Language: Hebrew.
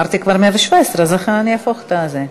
אמרתי כבר 117, אז לכן אני אהפוך את זה.